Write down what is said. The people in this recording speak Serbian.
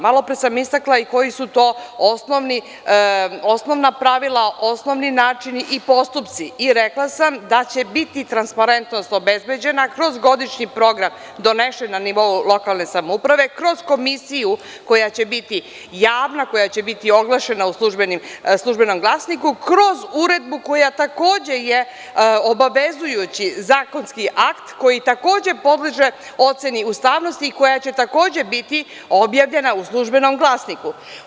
Malopre sam istakla koja su to osnovna pravila, osnovni način i postupci i rekla sam da će biti transparentnost obezbeđena kroz godišnji program, donesen na nivou lokalne samouprave, kroz komisiju koja će biti javna, koja će biti oglašena u „Službenom glasniku“, kroz uredbu koja je takođe, obavezujući zakonski akt, koji takođe podleže oceni ustavnosti, koja će takođe, biti objavljena u „Službenom glasniku“